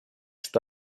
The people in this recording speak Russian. что